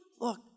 Look